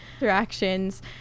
interactions